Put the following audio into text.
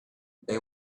they